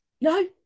no